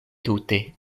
tute